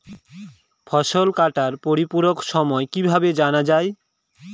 ফসল কাটার পরিপূরক সময় কিভাবে জানা যায়?